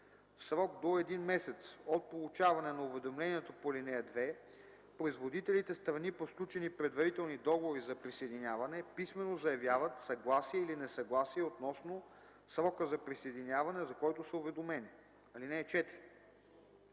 В срок до един месец от получаване на уведомлението по ал. 2 производителите – страни по сключени предварителни договори за присъединяване, писмено заявяват съгласие или несъгласие относно срока за присъединяване, за който са уведомени. (4)